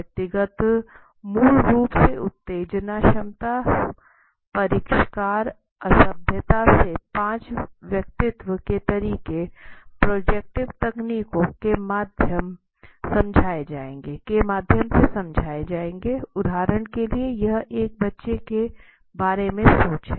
व्यक्तित्व मूल रूप से उत्तेजना क्षमता परिष्कार असभ्यता ये पांच व्यक्तित्व के तरीके प्रोजेक्टिव तकनीकों के माध्यम समझाए जाएंगे उदाहरण के लिए यह एक बच्चे के बारे में सोच है